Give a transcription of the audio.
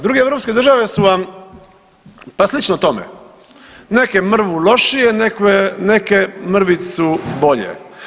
Druge europske države su vam pa slično tome, neke mrvu lošije, neke mrvicu bolje.